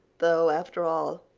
though, after all,